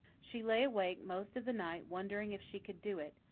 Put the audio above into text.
she lay awake most of the night wondering if she could do it,